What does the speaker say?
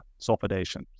sulfidation